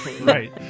Right